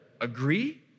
agree